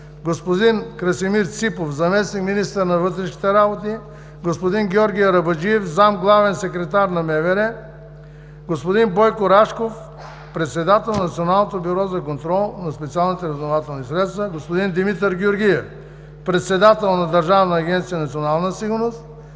господин Красимир Ципов – заместник-министър на вътрешните работи; господин Георги Арабаджиев – заместник главен секретар на МВР; господин Бойко Рашков – председател на Националното бюро за контрол на специалните разузнавателни средства; господин Димитър Георгиев – председател на Държавна агенция „Национална сигурност“;